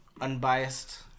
unbiased